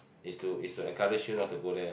is to is to encourage you not to go there ah